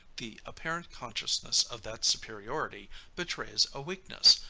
the apparent consciousness of that superiority betrays a weakness,